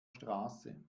straße